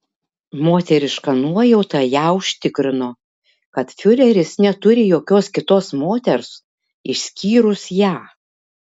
moteriška nuojauta ją užtikrino kad fiureris neturi jokios kitos moters išskyrus ją